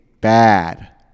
bad